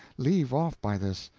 leave off by this.